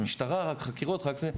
רק משטרה, רק חקירות, רק זה.